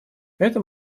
это